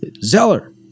zeller